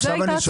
זה לא לכולם.